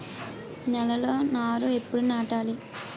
నేలలో నారు ఎప్పుడు నాటాలి?